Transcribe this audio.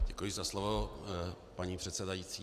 Děkuji za slovo, paní předsedající.